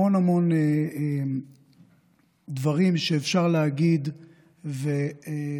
המון המון דברים שאפשר להגיד ולא